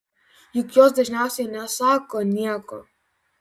juk jos dažniausiai nesako nieko